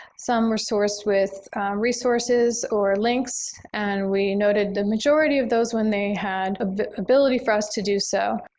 some were sourced with resources or links. and we noted the majority of those when they had ah the ability for us to do so.